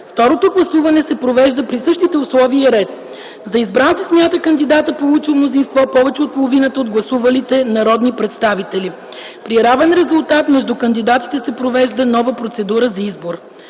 Второто гласуване се провежда при същите условия и ред. За избран се смята кандидатът, получил мнозинство повече от половината от гласувалите народни представители. При равен резултат между кандидатите се провежда нова процедура за избор.